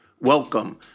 Welcome